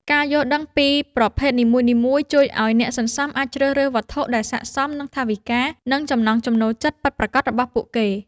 ការយល់ដឹងពីប្រភេទនីមួយៗជួយឱ្យអ្នកសន្សំអាចជ្រើសរើសវត្ថុដែលស័ក្តិសមនឹងថវិកា និងចំណង់ចំណូលចិត្តពិតប្រាកដរបស់ពួកគេ។